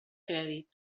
crèdit